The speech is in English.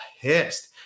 pissed